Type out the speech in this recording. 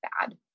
bad